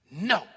no